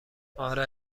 آره